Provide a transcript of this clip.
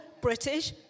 British